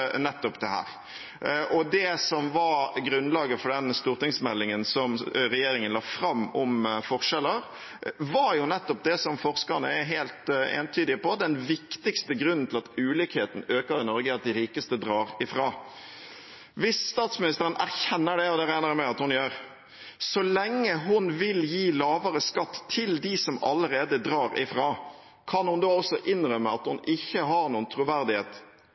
nettopp dette. Det som var grunnlaget for den stortingsmeldingen regjeringen la fram om forskjeller, var nettopp det som forskerne er helt entydige på: Den viktigste grunnen til at ulikheten øker i Norge, er at de rikeste drar ifra. Hvis statsministeren erkjenner det, og det regner jeg med at hun gjør: Så lenge hun vil gi lavere skatt til dem som allerede drar ifra, kan hun da også innrømme at hun ikke har noen troverdighet